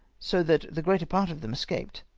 so that the greater part of them escaped.